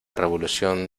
revolución